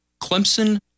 Clemson